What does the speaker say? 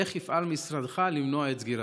ולשכפל אותו?